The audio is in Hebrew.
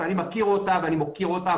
שאני מכיר ומוקיר אותה,